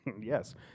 Yes